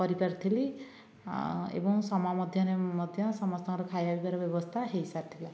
କରି ପାରିଥିଲି ଏବଂ ସମୟ ମଧ୍ୟରେ ମଧ୍ୟ ଖାଇବା ପିଇବାର ବ୍ୟବସ୍ଥା ହେଇ ସାରିଥିଲା